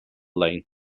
lane